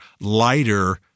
lighter